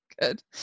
good